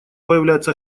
появляется